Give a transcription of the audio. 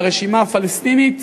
מהרשימה הפלסטינית,